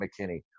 McKinney